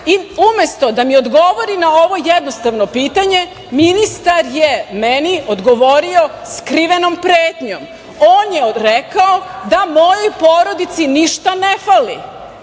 I umesto da mi odgovori na ovo jednostavno pitanje, ministar je meni odgovorio skrivenom pretnjom. On je rekao da mojoj porodici ništa ne fali.